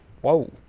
Whoa